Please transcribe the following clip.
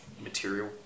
material